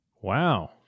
Wow